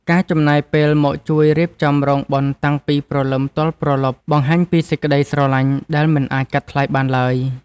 ការចំណាយពេលមកជួយរៀបចំរោងបុណ្យតាំងពីព្រលឹមទល់ព្រលប់ បង្ហាញពីសេចក្តីស្រឡាញ់ដែលមិនអាចកាត់ថ្លៃបានឡើយ។